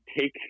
take